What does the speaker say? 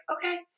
okay